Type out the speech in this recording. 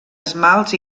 esmalts